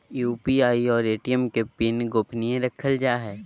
UPI और ATM के PIN गोपनीय रखल जा हइ